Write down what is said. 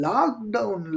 Lockdown